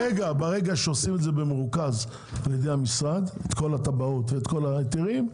ברגע שעושים את כל התב"עות וההיתרים במרוכז על ידי המשרד,